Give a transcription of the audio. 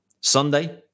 Sunday